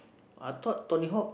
I thought Tony-Hawk